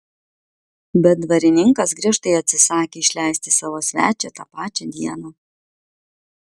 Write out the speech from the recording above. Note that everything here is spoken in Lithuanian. bet dvarininkas griežtai atsisakė išleisti savo svečią tą pačią dieną